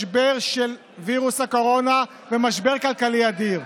משבר של וירוס הקורונה ומשבר כלכלי אדיר,